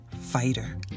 fighter